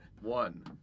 One